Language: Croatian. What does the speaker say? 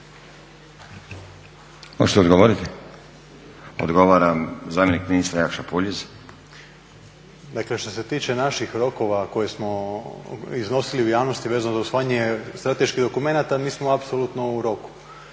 Hoćete odgovoriti? Odgovara zamjenik ministra Jakša Puljiz. **Puljiz, Jakša** Dakle, što se tiče naših rokova koje smo iznosili u javnosti vezano za usvajanje strateških dokumenata mi smo apsolutno u roku.